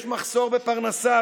יש מחסור בפרנסה,